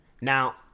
Now